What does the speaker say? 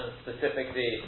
specifically